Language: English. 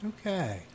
Okay